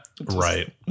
Right